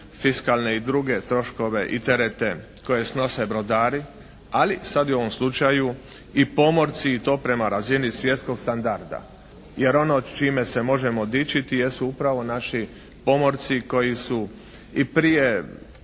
fiskalne i druge troškove i terete koje snose brodari. Ali sad i u ovom slučaju i pomorci, i to prema razini svjetskog standarda. Jer ono čime se možemo dići jesu upravo naši pomorci koji su i prije